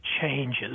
changes